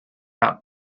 out